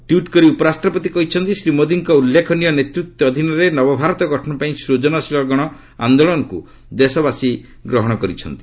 tweet କରି ଉପରାଷ୍ଟ୍ରପତି କହିଛନ୍ତି ଶ୍ରୀ ମୋଦିଙ୍କ ଉଲ୍ଲେଖନୀୟ ନେତୃତ୍ୱ ଅଧୀନରେ ନବଭାରତ ଗଠନ ପାଇଁ ସ୍ଟଜନଶୀଳ ଗଣ ଆନ୍ଦୋଳନକୁ ଦେଶବାସୀ ଗ୍ରହଣ କରିଛନ୍ତି